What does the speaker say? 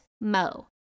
mo